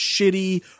shitty